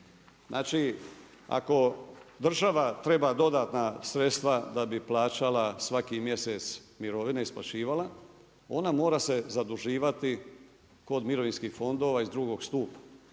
Znači, ako država treba dodatna sredstva da bi plaćala svaki mjesec mirovine isplaćivala, ona mora se zaduživati kod mirovinskih fondova iz drugog stupa.